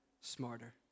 smarter